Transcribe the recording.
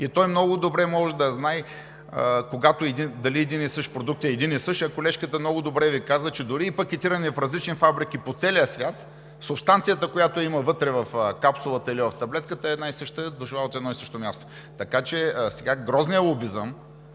Той много добре може да знае дали един и същи продукт е един и същ, а колежката много добре Ви каза, че дори и пакетирани в различни фабрики по целия свят субстанцията, която я има в капсулата и таблетката, е една и съща, дошла от едно и също място. Грозният лобизъм